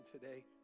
today